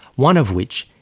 one of which,